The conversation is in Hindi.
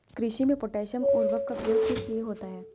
कृषि में पोटैशियम उर्वरक का प्रयोग किस लिए होता है?